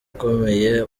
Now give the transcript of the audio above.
ukomeye